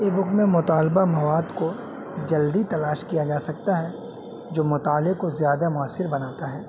ای بک میں مطالبہ مواد کو جلدی تلاش کیا جا سکتا ہے جو مطالعے کو زیادہ مؤثر بناتا ہے